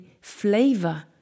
flavor